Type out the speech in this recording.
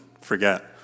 forget